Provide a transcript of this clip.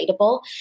relatable